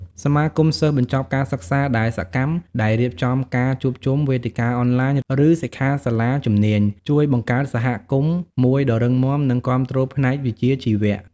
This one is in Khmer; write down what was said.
សមាគមសិស្សបញ្ចប់ការសិក្សាដែលសកម្ម ដែលរៀបចំការជួបជុំ វេទិកាអនឡាញ ឬសិក្ខាសាលាជំនាញ ជួយបង្កើតសហគមន៍មួយដ៏រឹងមាំ និងគាំទ្រផ្នែកវិជ្ជាជីវៈ។